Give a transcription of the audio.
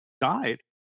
died